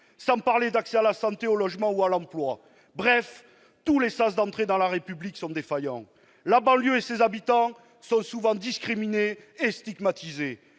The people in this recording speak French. Sans parler de l'accès à la santé, au logement ou à l'emploi ... Bref, tous les sas d'entrée dans la République sont défaillants. La banlieue et ses habitants sont souvent discriminés et stigmatisés.